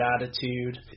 attitude